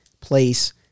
place